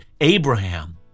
Abraham